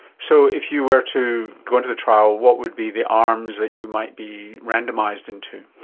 so if you were to go into the trial, what would be the arms that you might be randomised into?